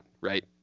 right